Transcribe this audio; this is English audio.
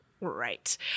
Right